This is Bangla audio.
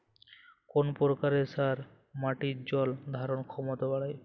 কোন প্রকার সার মাটির জল ধারণ ক্ষমতা বাড়ায়?